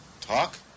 Talk